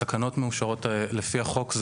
התקנות מאושרות לפי החוק.